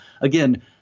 again